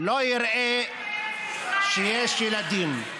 לא יראה שיש ילדים.